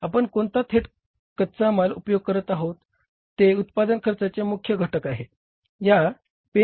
आपण कोणता थेट कच्चा माल उपयोग करत आहोत ते उत्पादन खर्चाचे मुख्य घटक आहे